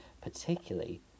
particularly